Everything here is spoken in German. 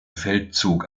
feldzug